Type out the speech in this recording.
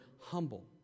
humble